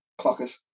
Clockers